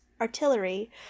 artillery